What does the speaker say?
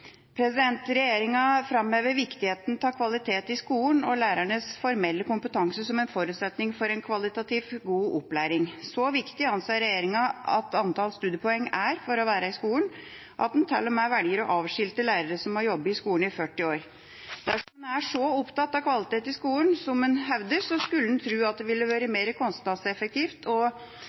Regjeringa framhever viktigheten av kvalitet i skolen og lærernes formelle kompetanse som en forutsetning for en kvalitativt god opplæring. Så viktig anser regjeringa at antall studiepoeng er for å være i skolen, at en til og med velger å avskilte lærere som har jobbet i skolen i 40 år! Dersom en er så opptatt av kvalitet i skolen som en hevder, skulle en tro at det ville vært mer kostnadseffektivt og